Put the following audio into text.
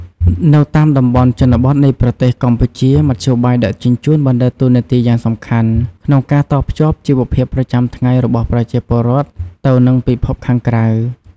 នៅតាមតំបន់ជនបទនៃប្រទេសកម្ពុជា មធ្យោបាយដឹកជញ្ជូនបានដើរតួនាទីយ៉ាងសំខាន់ក្នុងការតភ្ជាប់ជីវភាពប្រចាំថ្ងៃរបស់ប្រជាពលរដ្ឋទៅនឹងពិភពខាងក្រៅ។